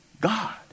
God